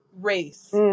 race